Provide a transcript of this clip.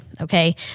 Okay